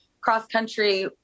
cross-country